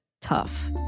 Tough